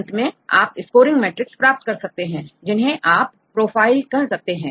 अंत में आप स्कोरिंग मैट्रिक्स प्राप्त कर सकते हैं जिन्हें आप प्रोफाइल कह सकते हैं